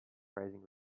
rising